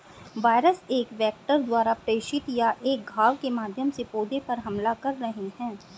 virus एक vector द्वारा प्रेषित या एक घाव के माध्यम से पौधे पर हमला कर रहे हैं